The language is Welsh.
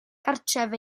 gartref